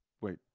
wait